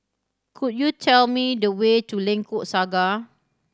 could you tell me the way to Lengkok Saga